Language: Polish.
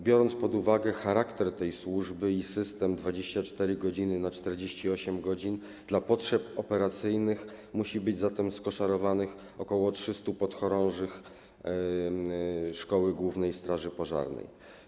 Biorąc pod uwagę charakter tej służby i system 24 godziny na 48 godzin, dla potrzeb operacyjnych musi być skoszarowanych ok. 300 podchorążych szkoły głównej straży pożarnej.